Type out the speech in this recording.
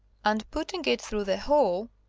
and putting it through the whole,